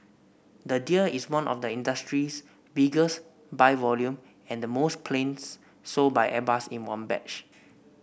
the deal is one of the industry's biggest by volume and the most planes sold by Airbus in one batch